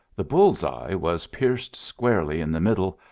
the bull's-eye was pierced squarely in the middle,